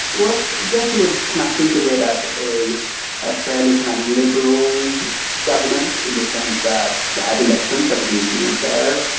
was i guess you would kind of think of it as a ah fairly kind of liberal government in the sense that they had elections that were deemed free and fair.